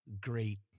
great